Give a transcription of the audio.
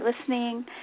listening